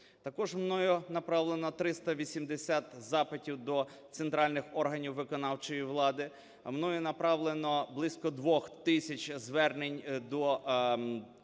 Також мною направлено 380 запитів до центральних органів виконавчої влади. Мною направлено близько 2 тисяч звернень до місцевих